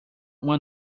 uma